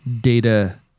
data